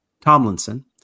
Tomlinson